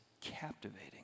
captivating